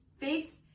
Faith